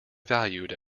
valued